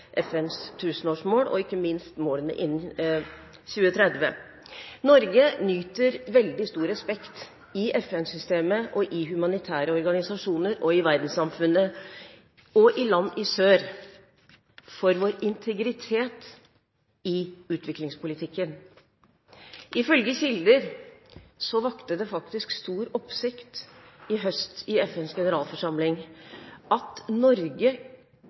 FNs tusenårsmål – ikke minst innen 2030. Norge nyter veldig stor respekt i FN-systemet, i humanitære organisasjoner, i verdenssamfunnet og i land i sør for sin integritet i utviklingspolitikken. Ifølge kilder vakte det faktisk stor oppsikt i høst i FNs generalforsamling at Norge,